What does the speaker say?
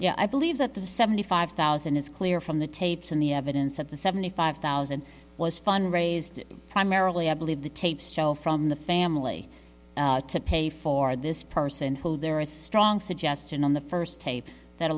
yeah i believe that the seventy five thousand is clear from the tapes and the evidence of the seventy five thousand was fun raised primarily i believe the tapes show from the family to pay for this person who there is strong suggestion on the first tape that a